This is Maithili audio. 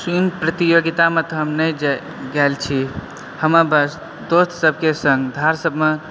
स्विम प्रतियोगितामे तऽ हम नहि गेल छी हमरा बस दोस्त सभकेँ संग धार सभमे